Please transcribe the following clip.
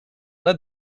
led